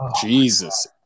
Jesus